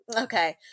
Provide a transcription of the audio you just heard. Okay